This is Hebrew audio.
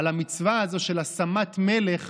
על המצווה הזאת של השמת מלך